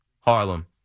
Harlem